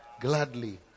gladly